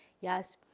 Yes